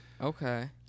Okay